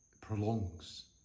prolongs